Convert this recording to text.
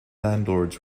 landlords